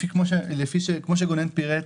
כפי שגונן פירט,